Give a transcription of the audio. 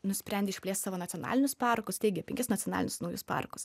nusprendė išplėst savo nacionalinius parkus steigė penkis nacionalinius naujus parkus